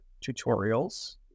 tutorials